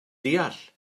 deall